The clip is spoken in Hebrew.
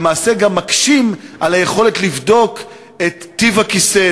למעשה גם מקשים את היכולת לבדוק את טיב הכיסא,